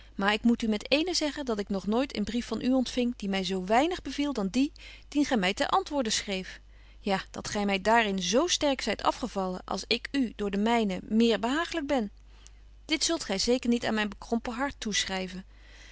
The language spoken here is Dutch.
maar ik moet u met eenen zeggen dat ik nog nooit een brief van u ontfing die my zo weinig beviel dan die dien gy my ten antwoorde schreeft ja dat gy my daar in z sterk zyt afgevallen als ik u door den mynen méér behaaglyk ben dit zult gy zeker niet aan myn bekrompen hart